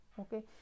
okay